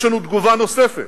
יש לנו תגובה נוספת,